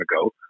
ago